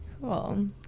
Cool